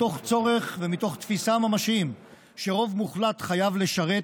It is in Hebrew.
מתוך צורך ומתוך תפיסה ממשיים שרוב מוחלט חייבים לשרת,